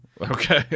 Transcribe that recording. Okay